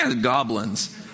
goblins